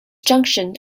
junction